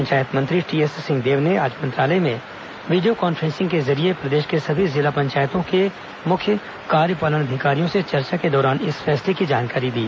पंचायत मंत्री टीएस सिंहदेव ने आज मंत्रालय में वीडियो कॉन्फ्रेंसिंग के जरिये प्रदेश के सभी जिला पंचायतों के मुख्य कार्यपालन अधिकारियों से चर्चा के दौरान इस फैसले की जानकारी दी